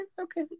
Okay